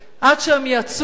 עד שהם יצאו,